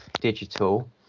digital